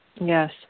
yes